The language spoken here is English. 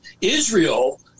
Israel